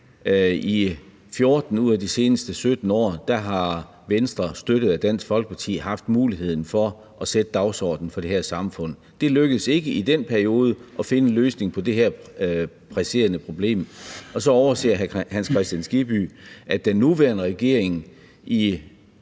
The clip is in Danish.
i 14 ud af de seneste 17 år har støttet, at Dansk Folkeparti har haft muligheden for at sætte dagsordenen for det her samfund, og at det i den periode ikke lykkedes at finde en løsning på det her presserende problem. Så overser hr. Hans Kristian Skibby, at den nuværende regering i,